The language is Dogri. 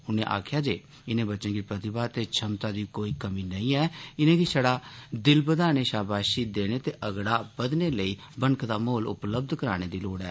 उनें आक्खेआ जे इनें बच्चें गी प्रतिभा ते छमता दी कोई कमी नेईं ऐ ते इनेंगी छड़ा दिल बघाने यााबाशी देने ते अगड़ा बघने लेई बनकदा माहोल उपलब्य कराने दी लोड़ ऐ